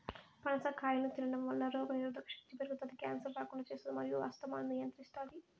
పనస కాయను తినడంవల్ల రోగనిరోధక శక్తి పెరుగుతాది, క్యాన్సర్ రాకుండా చేస్తాది మరియు ఆస్తమాను నియంత్రిస్తాది